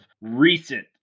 recent